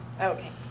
Okay